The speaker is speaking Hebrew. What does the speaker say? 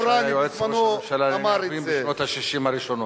שהיה יועץ ראש הממשלה לענייני ערבים בשנות ה-60 הראשונות.